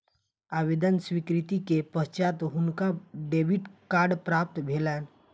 आवेदन स्वीकृति के पश्चात हुनका डेबिट कार्ड प्राप्त भेलैन